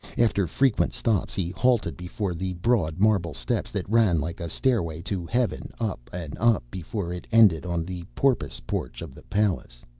after frequent stops he halted before the broad marble steps that ran like a stairway to heaven, up and up before it ended on the porpoise porch of the palace.